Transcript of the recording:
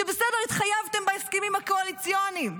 שבסדר, התחייבתם בהסכמים הקואליציוניים,